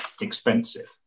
expensive